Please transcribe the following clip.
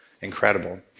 incredible